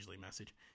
message